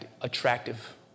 attractive